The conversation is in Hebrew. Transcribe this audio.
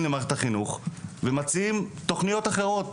למערכת החינוך ומציעים תוכניות אחרות,